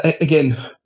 again